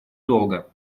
долго